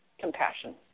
compassion